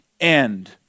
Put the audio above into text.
end